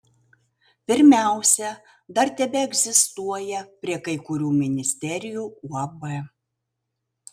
pirmiausia dar tebeegzistuoja prie kai kurių ministerijų uab